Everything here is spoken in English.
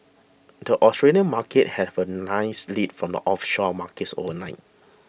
the Australian Markets have a nice lead from offshore markets overnight